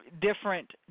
different